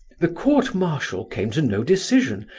the court-martial came to no decision.